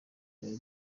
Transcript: byari